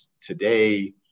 today